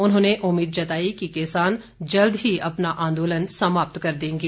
उन्होंने उम्मीद जताई कि किसान जल्द ही अपना आंदोलन समाप्त कर देंगे